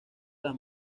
las